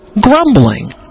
grumbling